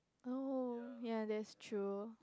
oh ya that's true